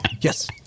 Yes